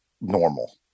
normal